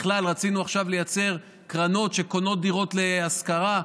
בכלל רצינו עכשיו לייצר קרנות שקונות דירות להשכרה.